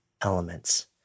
elements